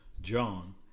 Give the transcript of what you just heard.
John